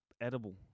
edible